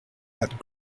that